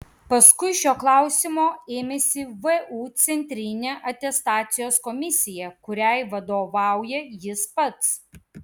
paskui šio klausimo ėmėsi vu centrinė atestacijos komisija kuriai vadovauja jis pats